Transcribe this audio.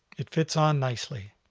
it fits on nicely.